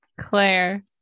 Claire